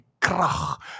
krach